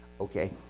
Okay